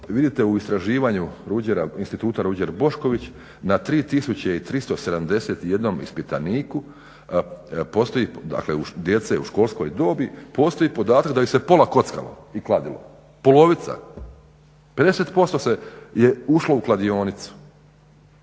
vidite u istraživanju Instituta "Ruđer Bošković" na 3371 ispitaniku dakle djece u školskoj dobi postoji podatak da ih se pola kockalo i kladilo, polovica, 50% je ušlo u kladionicu.